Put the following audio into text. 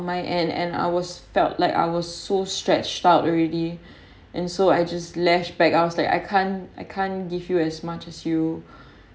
my end and I was felt like I was so stretched out already and so I just lashed back I was like I can't I can't give you as much as you